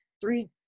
three